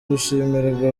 gushimirwa